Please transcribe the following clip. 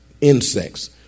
insects